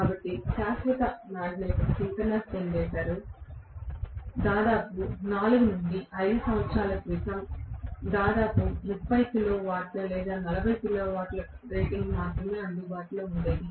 కాబట్టి శాశ్వత magnet synchronous generator దాదాపు 4 5 సంవత్సరాల క్రితం కూడా దాదాపు 30 కిలోల వాట్ లేదా 40 కిలో వాట్ల రేటింగ్కు మాత్రమే అందుబాటులో ఉండేది